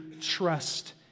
trust